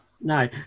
No